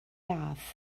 ladd